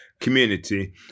community